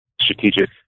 strategic